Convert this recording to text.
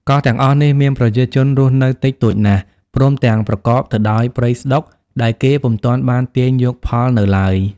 កោះទាំងអស់នេះ មានប្រជាជនរស់នៅតិចតួចណាស់ ព្រមទាំងប្រកប ទៅដោយព្រៃស្តុក ដែលគេពុំទាន់បានទាញយកផលនៅឡើយ ។